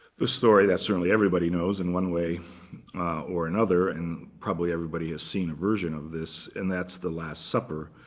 the story that certainly everybody knows, in one way or another, and probably everybody has seen a version of this. and that's the last supper.